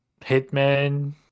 Hitman